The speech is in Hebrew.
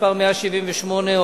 לא בתוכנה,